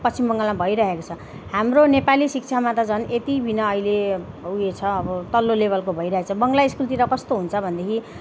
पश्चिम बङ्गालमा भइरहेको छ हाम्रो नेपाली शिक्षामा त झन् यति बिघ्न अहिले उयो छ अब तल्लो लेवलको भइरहेको छ बङ्ला स्कुलतिर कस्तो हुन्छ भनेदेखि